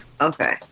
Okay